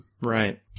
Right